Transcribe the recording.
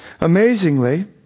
Amazingly